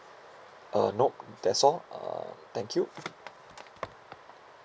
uh nope that's all um thank you